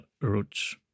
roots